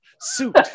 suit